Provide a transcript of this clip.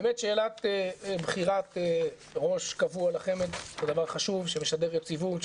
באמת שאלת בחירת ראש קבוע לחמ"ד זה דבר חשוב שמשדר יציבות,